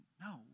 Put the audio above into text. No